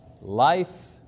Life